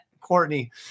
Courtney